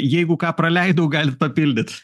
jeigu ką praleidau galit papildyt